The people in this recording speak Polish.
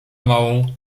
małą